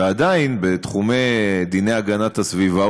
ועדיין בתחומי דיני הגנת הסביבה,